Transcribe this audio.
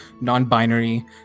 non-binary